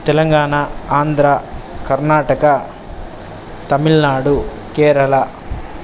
Telangana Andhra Karnataka Tamil Nadu Kerala